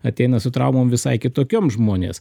ateina su traumom visai kitokiom žmonės